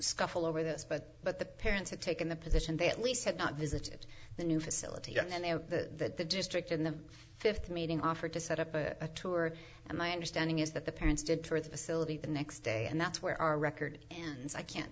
scuffle over this but but the parents had taken the position they at least had not visited the new facility yet and the district in the th meeting offered to set up a tour and my understanding is that the parents did for the facility the next day and that's where our record ends i can't